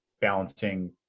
balancing